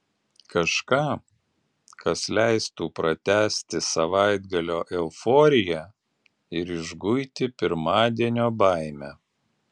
kažką kas leistų pratęsti savaitgalio euforiją ir išguiti pirmadienio baimę